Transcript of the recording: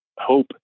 hope